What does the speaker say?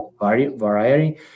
Variety